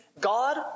God